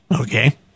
Okay